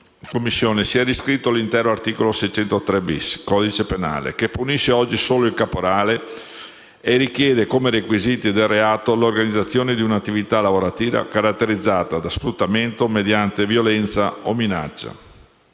Commissione si è riscritto l'intero articolo 603-*bis* del codice penale, che oggi punisce solo il caporale e richiede, come requisiti del reato, l'organizzazione di un'attività lavorativa caratterizzata da sfruttamento mediante violenza o minaccia.